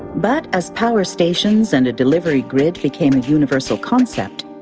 but as power stations and a delivery grid became a universal concept,